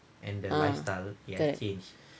ah